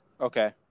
Okay